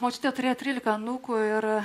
močiutė turėjo trylika anūkų ir